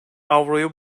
avroyu